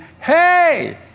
hey